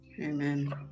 Amen